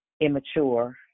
immature